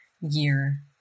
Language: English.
year